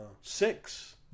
six